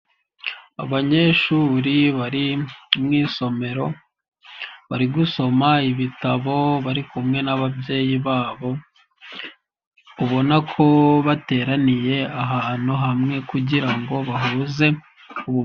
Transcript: Abanyeshuri bari mu isomero, bari gusoma ibitabo, bari kumwe n'ababyeyi babo, ubona ko bateraniye ahantu hamwe kugira ngo bahuze ubutumwa.